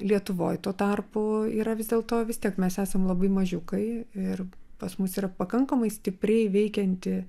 lietuvoj tuo tarpu yra vis dėlto vis tiek mes esam labai mažiukai ir pas mus yra pakankamai stipriai veikianti